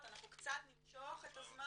אנחנו קצת נמשוך את הזמן